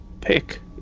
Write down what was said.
pick